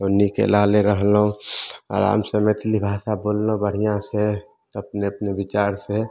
ओन्नीके लाले रहलहुँ आराम से मैथली भाषा बोललहुँ बढ़िआ से अपने अपने बिचार से